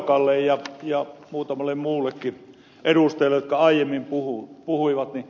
toivakalle ja muutamalle muullekin edustajalle jotka aiemmin puhuivat